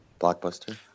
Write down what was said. Blockbuster